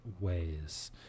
ways